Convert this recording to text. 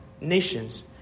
nations